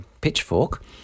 pitchfork